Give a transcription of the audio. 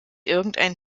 irgendein